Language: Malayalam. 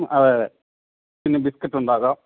അതെ അതെ പിന്നെ ബിസ്ക്കറ്റ് ഉണ്ടാക്കാം